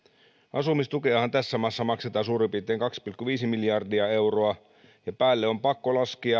asumistukeahan tässä maassa maksetaan suurin piirtein kaksi pilkku viisi miljardia euroa ja päälle on pakko laskea